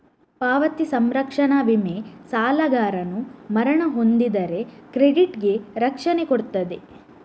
ಪಾವತಿ ಸಂರಕ್ಷಣಾ ವಿಮೆ ಸಾಲಗಾರನು ಮರಣ ಹೊಂದಿದರೆ ಕ್ರೆಡಿಟ್ ಗೆ ರಕ್ಷಣೆ ಕೊಡ್ತದೆ